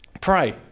pray